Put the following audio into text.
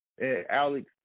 Alex